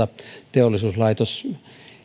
teollisuuslaitos